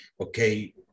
okay